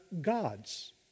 gods